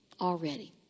already